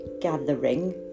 gathering